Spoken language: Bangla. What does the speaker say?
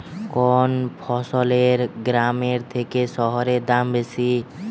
কোন ফসলের গ্রামের থেকে শহরে দাম বেশি?